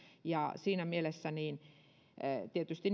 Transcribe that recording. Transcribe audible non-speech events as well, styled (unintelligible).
ja siinä mielessä tietysti (unintelligible)